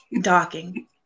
docking